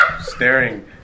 staring